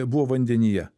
buvo vandenyje